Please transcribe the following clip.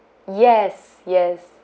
yes yes